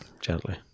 gently